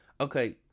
okay